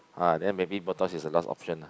ah then maybe bottle is the last option ah